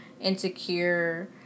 insecure